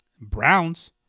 Browns